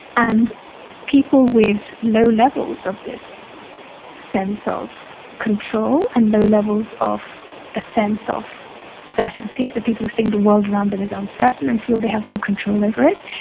and people with low levels of this sense of control and low levels of a sense of certainty, so people think the world around them is uncertain and feel they have no control over it